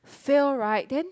fail right then